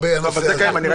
אבל זה קיים, אני ראיתי.